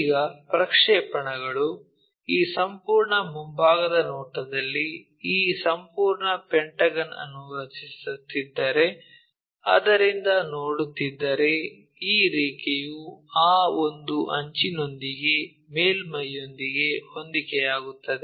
ಈಗ ಪ್ರಕ್ಷೇಪಣಗಳು ಈ ಸಂಪೂರ್ಣ ಮುಂಭಾಗದ ನೋಟದಲ್ಲಿ ಈ ಸಂಪೂರ್ಣ ಪೆಂಟಗನ್ ಅನ್ನು ರಚಿಸುತ್ತಿದ್ದರೆ ಅದರಿಂದ ನೋಡುತ್ತಿದ್ದರೆ ಈ ರೇಖೆಯು ಆ ಒಂದು ಅಂಚಿನೊಂದಿಗೆ ಮೇಲ್ಮೈಯೊಂದಿಗೆ ಹೊಂದಿಕೆಯಾಗುತ್ತದೆ